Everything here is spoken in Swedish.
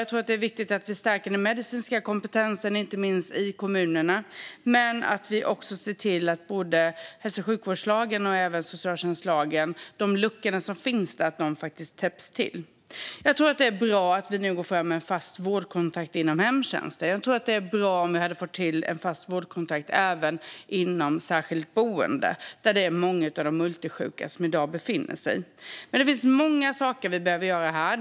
Jag tror att det är viktigt att vi stärker den medicinska kompetensen, inte minst i kommunerna, men också att vi ser till att de luckor som finns i både hälso och sjukvårdslagen och socialtjänstlagen täpps till. Jag tror att det är bra att vi nu går fram med en fast vårdkontakt inom hemtjänsten. Jag tror också att det är bra att få till en fast vårdkontakt inom särskilda boenden, där många av de multisjuka i dag befinner sig. Det finns många saker vi behöver göra här.